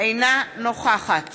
אינה נוכחת